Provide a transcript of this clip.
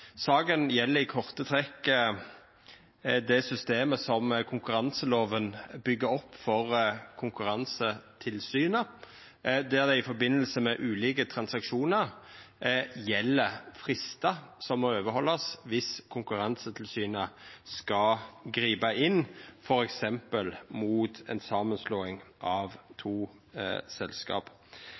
Saka gjeld i korte trekk systemet som konkurranselova byggjer opp for Konkurransetilsynet, der det i samband med ulike transaksjonar gjeld fristar som må haldast om Konkurransetilsynet skal gripa inn, f.eks. mot ei samanslåing av to selskap.